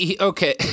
okay